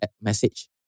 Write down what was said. Message